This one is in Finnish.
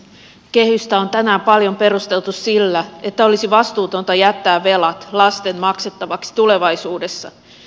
kehystä on tänään paljon perusteltu sillä että olisi vastuutonta jättää velat lasten maksettaviksi tulevaisuudessa